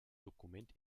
dokument